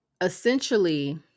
Essentially